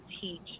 teach